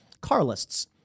Carlists